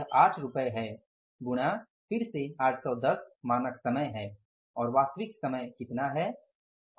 यह 8 रुपये है गुणा फिर से 810 मानक समय है और वास्तविक समय कितना है